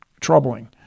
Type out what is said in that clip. troubling